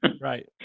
Right